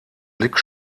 blick